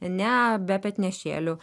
ne be petnešėlių